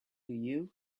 you